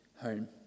home